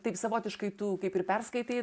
taip savotiškai tu kaip ir perskaitai